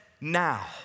now